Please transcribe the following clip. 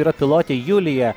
yra pilotė julija